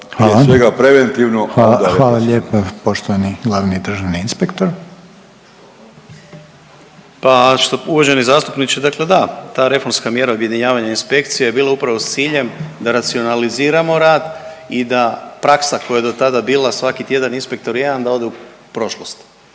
(HDZ)** Hvala lijepa. Poštovani glavni državni inspektor. **Mikulić, Andrija (HDZ)** Pa, uvaženi zastupniče dakle da, ta reformska mjera objedinjavanja inspekcije je bila upravo s ciljem da racionaliziramo rad i da praksa koja je do tada bila svaki tjedan inspektor jedan da ode u prošlost.